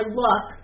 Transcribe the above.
look